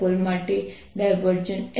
H0 અને H0 છે